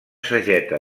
sageta